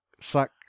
suck